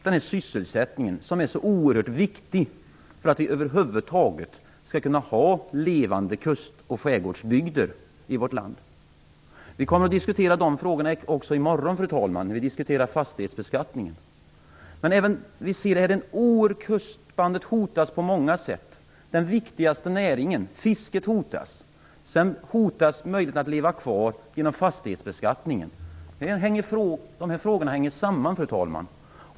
Denna sysselsättning är oerhört viktig för att vi över huvud taget skall kunna ha levande kust och skärgårdsbygder i vårt land. Vi kommer att diskutera dessa frågor också i morgon då vi diskuterar fastighetsbeskattningen. Vi ser hur kustbandet hotas på många sätt. Den viktigaste näringen, fisket, hotas. Sedan hotas möjligheten att leva kvar genom fastighetsbeskattningen. Dessa frågor hänger samman.